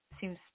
Seems